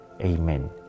Amen